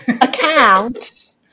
account